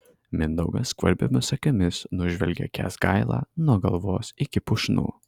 mindaugas skvarbiomis akimis nužvelgia kęsgailą nuo galvos iki pušnų